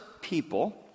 people